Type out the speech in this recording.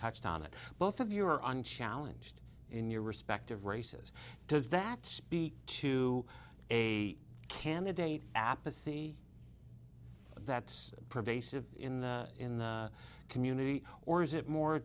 touched on it both of you were unchallenged in your respective races does that speak to a candidate apathy that's prevail in the community or is it more